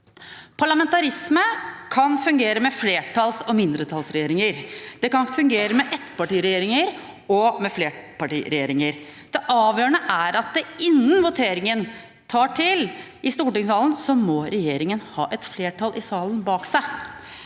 Parlamentarisme kan fungere med flertalls- og mindretallsregjeringer. Det kan fungere med ettpartiregjeringer og med flerpartiregjeringer. Det avgjørende er at re gjeringen, innen voteringen tar til i stortingssalen, må ha et flertall i salen bak seg.